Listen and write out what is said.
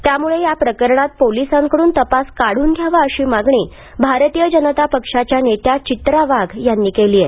त्यामुळे या प्रकरणात पोलिसांकडून तपास काढून घ्यावा अशी मागणी भारतीय जनता पक्षाच्या नेत्या चित्रा वाघ यांनी केली आहे